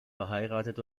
verheiratet